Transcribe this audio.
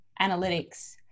analytics